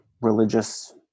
religious